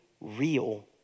real